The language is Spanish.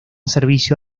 servicio